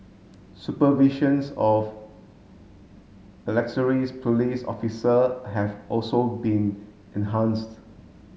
supervisions of police officer have also been enhanced